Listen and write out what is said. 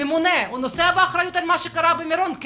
ממונה נושא באחריות על מה שקרה במירון?